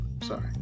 sorry